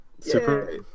Super